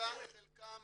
חלקם